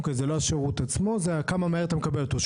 אוקיי זה לא השירות עצמו זה כמה מהר אתה מקבל אותו,